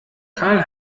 karl